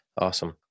Awesome